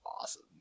awesome